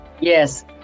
Yes